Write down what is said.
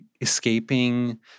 escaping